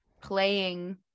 playing